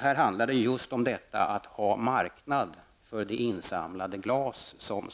Här handlar det just om att ha en marknad för det glas som